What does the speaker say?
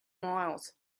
miles